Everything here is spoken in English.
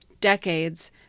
decades